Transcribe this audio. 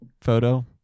photo